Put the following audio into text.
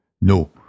No